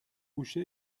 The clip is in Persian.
گوشه